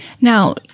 Now